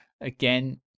again